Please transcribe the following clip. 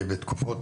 בתקופת